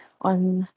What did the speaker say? on